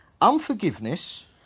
unforgiveness